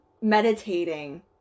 meditating